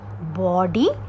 body